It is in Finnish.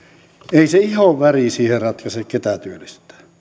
ei se ihon väri siinä ratkaise ketä työllistetään